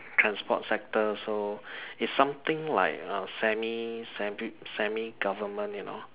transport sector so it's something like a semi semi government you know